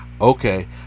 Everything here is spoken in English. okay